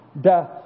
death